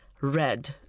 red